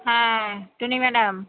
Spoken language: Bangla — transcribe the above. হ্যাঁ টুনি ম্যাডাম